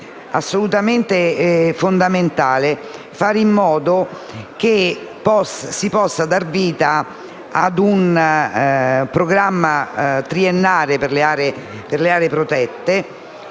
assolutamente fondamentale fare in modo che si possa dar vita ad un programma triennale relativo alle aree protette,